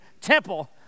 temple